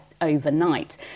overnight